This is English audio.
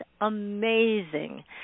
amazing